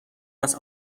است